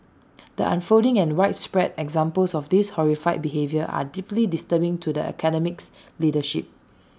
the unfolding and widespread examples of this horrific behaviour are deeply disturbing to the Academy's leadership